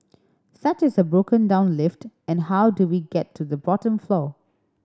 such as a broken down lift and how do we get to the bottom floor